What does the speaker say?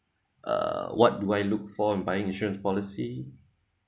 uh what do I look for in buying insurance policy